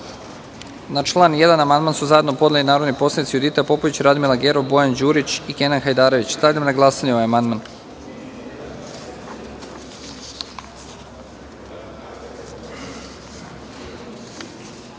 član 1. amandman su zajedno podneli narodni poslanici Judita Popović, Radmila Gerov, Bojan Đurić i Kenan Hajdarević. Stavljam na glasanje ovaj amandman. Molim